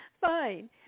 fine